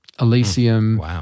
Elysium